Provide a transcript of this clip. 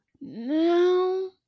No